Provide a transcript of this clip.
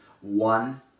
one